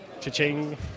Cha-ching